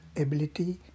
ability